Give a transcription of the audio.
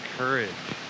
courage